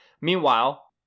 Meanwhile